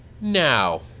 now